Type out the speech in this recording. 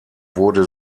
wurde